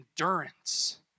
endurance